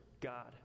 God